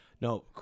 No